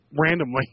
randomly